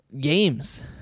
games